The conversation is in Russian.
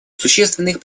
существенных